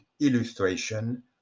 illustration